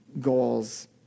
goals